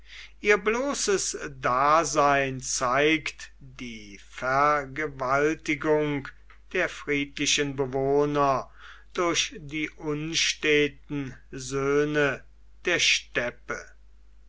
ihr bloßes dasein zeigt die vergewaltigung der friedlichen bewohner durch die unsteten söhne der steppe